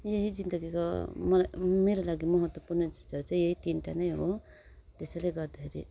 यही जिन्दगीको मलाई मेरो लागि महत्त्वपूर्ण चिजहरू यही तिनवटा नै हो त्यसैले गर्दाखेरि